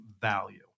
value